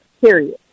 period